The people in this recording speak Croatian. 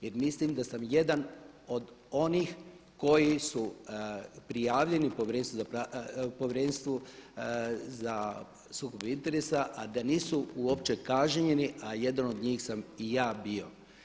Jer mislim da sam jedan od onih koji su prijavljeni u Povjerenstvu za sukob interesa a da nisu uopće kažnjeni, a jedan od njih sam i ja bio.